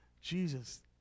Jesus